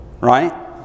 right